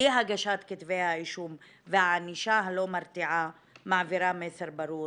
אי הגשת כתבי האישום והענישה הלא מרתיעה מעבירה מסר ברור